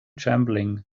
trembling